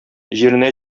җиренә